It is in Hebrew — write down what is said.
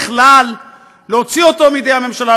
בכלל להוציא אותו מידי הממשלה,